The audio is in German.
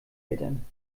eltern